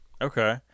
Okay